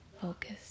focus